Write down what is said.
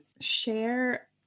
share